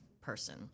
person